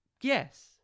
yes